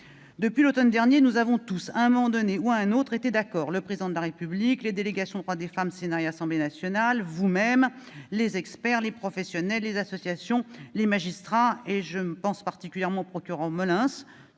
Depuis l'automne dernier, nous avons tous, à un moment ou à un autre, été d'accord, le Président de la République, les délégations aux droits des femmes du Sénat et de l'Assemblée nationale, vous-même, les experts, les professionnels, les associations, les magistrats, je pense particulièrement au procureur Molins,